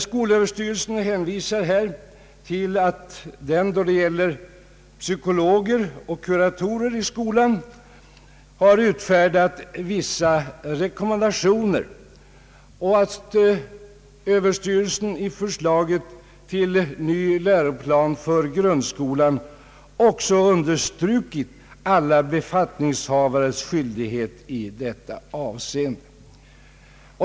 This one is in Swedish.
Skolöverstyrelsen hänvisar här till att den då det gäller psykologer och kuratorer i skolan har utfärdat vissa rekommendationer och att överstyrelsen i förslaget till ny läroplan för grundskolan också understrukit alla befattningshavares skyldighet i detta avseende.